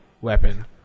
weapon